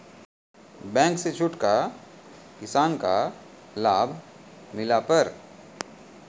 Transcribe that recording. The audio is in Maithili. बैंक से छूट का किसान का लाभ मिला पर?